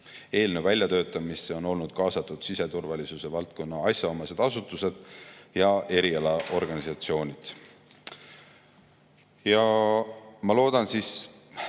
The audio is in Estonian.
Eelnõu väljatöötamisse on olnud kaasatud siseturvalisuse valdkonna asjaomased asutused ja erialaorganisatsioonid. Ma loodan